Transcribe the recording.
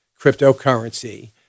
cryptocurrency